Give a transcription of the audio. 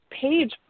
page